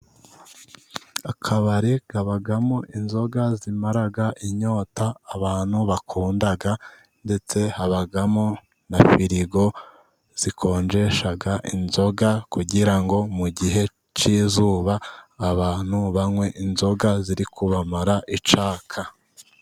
Akabari kabamo inzoga zimara inyota, abantu bakunda ndetse habamo na firigo zikonjesha inzoga, kugira ngo mu gihe cy'izuba abantu banywe inzoga ziri kubamara icyaka.